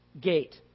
gate